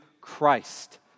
Christ